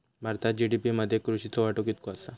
भारतात जी.डी.पी मध्ये कृषीचो वाटो कितको आसा?